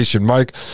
Mike